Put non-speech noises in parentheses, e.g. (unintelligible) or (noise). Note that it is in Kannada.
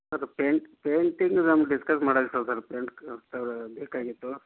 ಸರ್ ಪೇಂಯ್ಟ್ ಪೇಂಯ್ಟಿಂಗ್ ನಾವು ಡಿಸ್ಕಸ್ ಮಾಡಿದಿತ್ತಲ (unintelligible) ಬೇಕಾಗಿತ್ತು